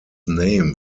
name